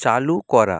চালু করা